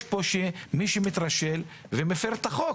יש מי שמתרשל ומפר את החוק.